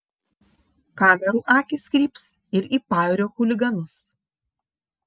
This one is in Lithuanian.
kamerų akys kryps ir į pajūrio chuliganus